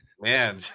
Man